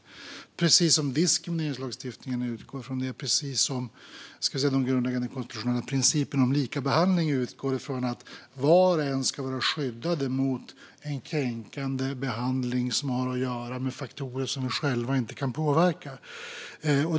På precis samma sätt utgår diskrimineringslagstiftningen ifrån detta, och på precis samma sätt utgår de grundläggande konstitutionella principerna om likabehandling från att var och en ska vara skyddad mot en kränkande behandling som har att göra med faktorer de själva inte kan påverka.